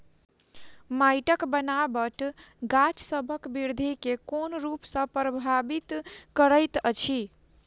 माइटक बनाबट गाछसबक बिरधि केँ कोन रूप सँ परभाबित करइत अछि?